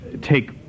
take